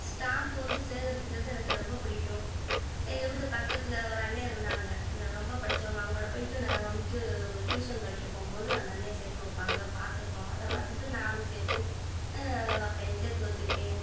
stamp வந்து சேகரிக்கிறது எனக்கு ரொம்ப பிடிக்கும் எங்கள் வீட்டு பக்கத்தில் ஒரு அண்ணன் இருந்தாங்க ரொம்ப படித்தவங்க அவங்களோடு போயிட்டு நாங்கள் வந்துவிட்டு ட்யூஷன் படிக்க போகும்போது அந்த அண்ணன் சேர்த்து வைப்பாங்க பார்த்துருக்கோம் அதை பார்த்துட்டு நானும் சேர்த்து வைப்பேன் சேர்த்து வச்சுருக்கேன்